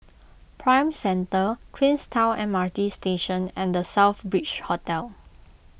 Prime Centre Queenstown M R T Station and the Southbridge Hotel